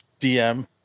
DM